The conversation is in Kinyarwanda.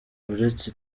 uretse